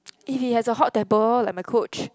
if he has a hot temper like my coach